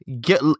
get